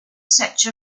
such